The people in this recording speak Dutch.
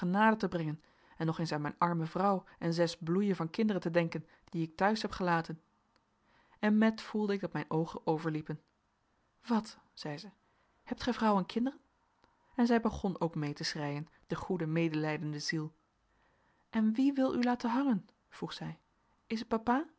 te brengen en nog eens aan mijn arme vrouw en zes bloeien van kinderen te denken die ik ik huis heb gelaten en met voelde ik dat mijn oogen overliepen wat zei zij hebt gij vrouw en kinderen en zij begon ook mee te schreien de goede medelijdende ziel en wie wil u laten hangen vroeg zij is het papa